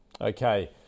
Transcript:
Okay